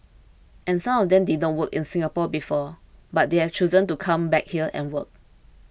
and some of them did work in Singapore before but they've chosen to come back here and work